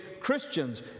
Christians